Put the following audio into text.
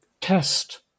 test